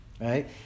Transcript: right